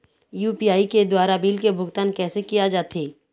UPI के द्वारा bill के भुगतान कैसे किया जाथे?